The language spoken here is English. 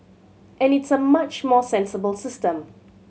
and it's a much more sensible system